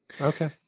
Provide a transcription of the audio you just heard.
Okay